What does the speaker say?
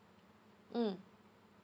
mm